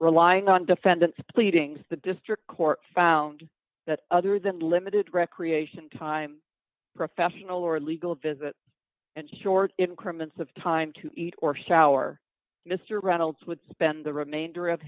relying on defendant's pleadings the district court found that other than limited recreation time professional or legal visit and short increment of time to eat or shower mr reynolds would spend the remainder of